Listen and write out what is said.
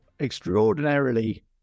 extraordinarily